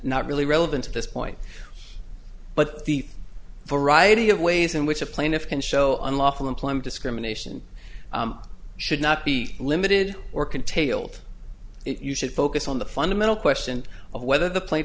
not really relevant to this point but the variety of ways in which a plaintiff can show unlawful employment discrimination should not be limited or can tailed it you should focus on the fundamental question of whether the pla